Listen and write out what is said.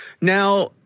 Now